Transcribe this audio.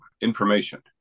information